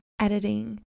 Editing